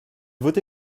voté